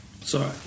sorry